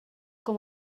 com